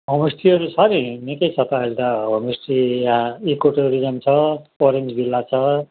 होमस्टेहरू छ नि निकै छ त अहिले त होमस्टे यहाँ इको टुरिज्म छ ओरेन्ज भिल्ला छ